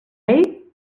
ell